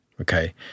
okay